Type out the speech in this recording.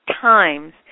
times